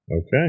Okay